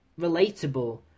relatable